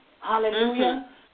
Hallelujah